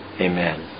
Amen